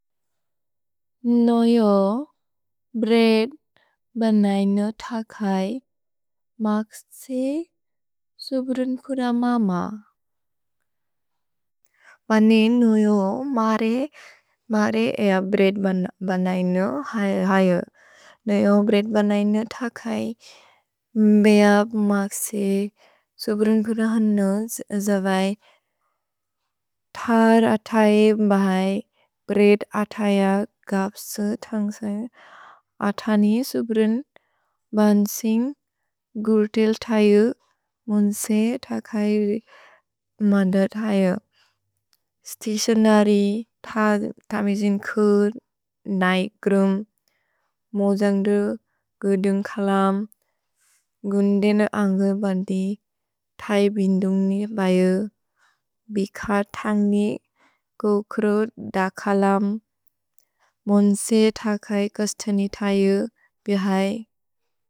ओजो bread बनय्न थकज् मक्सि सुब्रुन्कुर मम। भने ओजो मरे एअ ब्रेद् बनय्न थकज् मेअ मक्सि सुब्रुन्कुर हनु जवज्। थर् अतए बहय् ब्रेद् अतएअ गप्से थन्ग्से। अत नि सुब्रुन्क् बन्सिन्ग् गुर् तिल् थयु मुन्से थकज् मन्द थयु। स्तिक्सनरि थ तमिजिन्कुर् नै क्रुम्। मोजन्ग्दुर् गुर् दुन्ग् कलम्। न्गुन्दिन अन्गु बन्दि थय् बिन्दुन्ग् ने बय। भिख थन्ग् ने गुर् क्रोद् द कलम्। मुन्से थकज् कस्थनि थयु बेहय्।